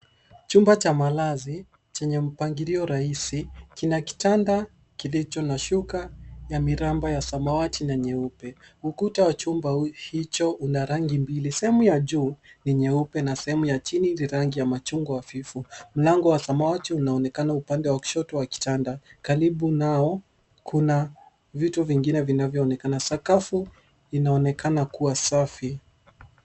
Chumba cha malazi, chenye mpangilio rahisi, kina kitanda kilicho na shuka ya miraba ya samawati na nyeupe. Ukuta wa chumba hicho una rangi mbili; sehemu ya juu ni nyeupe na sehemu ya chini ni rangi ya chungwa hafifu. Mlango wa samawati unaonekana upande wa kushoto wa kitanda. Karibu nao kuna vitu vingine vinavyoonekana. Sakafu inaonekana kuwa safi.